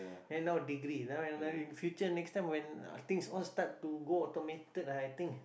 and now degree now now in future next time when uh things all start to go automated ah I think